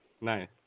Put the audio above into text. Nice